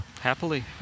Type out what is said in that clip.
Happily